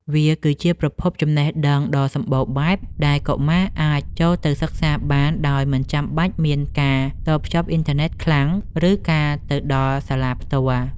វាគឺជាប្រភពចំណេះដឹងដ៏សម្បូរបែបដែលកុមារអាចចូលទៅសិក្សាបានដោយមិនចាំបាច់មានការតភ្ជាប់អ៊ីនធឺណិតខ្លាំង ឬការទៅដល់សាលាផ្ទាល់។